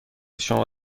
شما